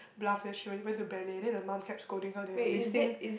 bluff that she went went to ballet then her mum kept scolding her that you're wasting